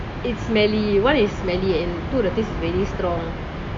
it's smelly one is smelly and two the taste is very strong